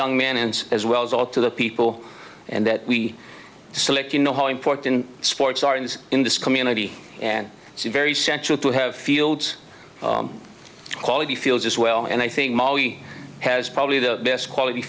young men and as well as all to the people and that we select you know how important sports are in this in this community and it's a very central to have fields quality fields as well and i think mali has probably the best quality